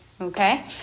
okay